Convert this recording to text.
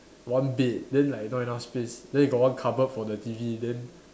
one bed then like not enough space then got one cupboard for the T_V then